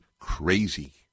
crazy